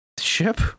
ship